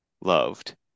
loved